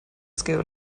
school